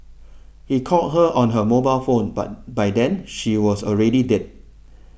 he called her on her mobile phone but by then she was already dead